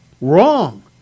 wrong